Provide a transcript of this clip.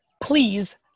please